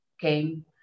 came